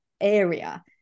area